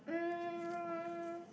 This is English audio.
um